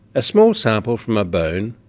a small sample from a bone,